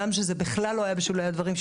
הגם שזה בכלל לא היה בשולי הדברים,